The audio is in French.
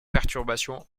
perturbation